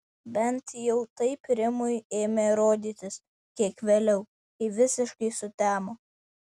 bent jau taip rimui ėmė rodytis kiek vėliau kai visiškai sutemo